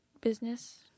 business